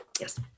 Yes